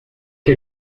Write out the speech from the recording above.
que